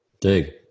dig